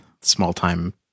small-time